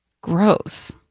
gross